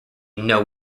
know